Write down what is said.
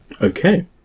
Okay